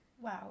Wow